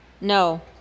No